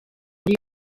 muri